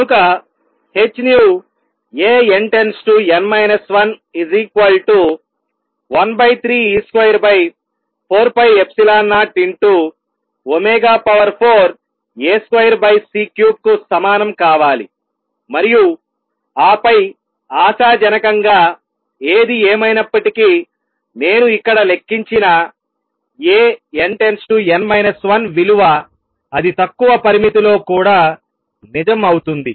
కనుక h nu A n →n 1 13 e2 4ε0ω4 A2 C3 కు సమానం కావాలి మరియు ఆపై ఆశాజనకంగా ఏది ఏమైనప్పటికీ నేను ఇక్కడ లెక్కించిన A n →n 1 విలువ అది తక్కువ పరిమితిలో కూడా నిజం అవుతుంది